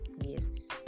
yes